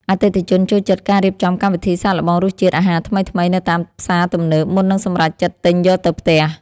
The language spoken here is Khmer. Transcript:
អតិថិជនចូលចិត្តការរៀបចំកម្មវិធីសាកល្បងរសជាតិអាហារថ្មីៗនៅតាមផ្សារទំនើបមុននឹងសម្រេចចិត្តទិញយកទៅផ្ទះ។